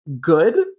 good